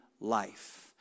life